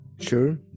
sure